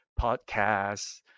podcasts